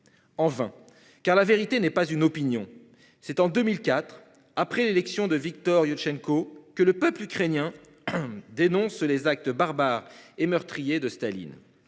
En vain car la vérité n'est pas une opinion. C'est en 2004 après l'élection de Viktor Iouchtchenko, que le peuple ukrainien. Dénonce les actes barbares et meurtrier de Staline